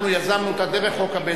אנחנו יזמנו את זה דרך חוק הבזק.